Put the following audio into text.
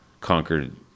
conquered